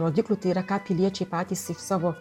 rodiklių tai yra ką piliečiai patys iš savo